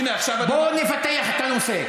בואו נפתח את הנושא.